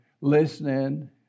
listening